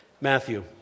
Matthew